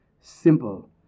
simple